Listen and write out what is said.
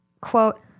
Quote